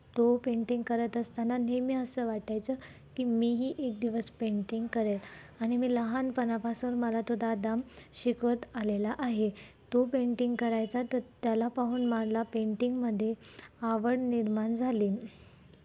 तो पेंटिंग करत असताना नेहमी असं वाटायचं की मीही एक दिवस पेंटिंग करेल आणि मी लहानपणापासून मला तो दादा मग शिकवत आलेला आहे तो पेंटिंग करायचा तर त्याला पाहून मला पेंटिंगमध्येे आवड निर्माण झाली